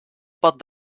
pot